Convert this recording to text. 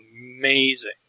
amazing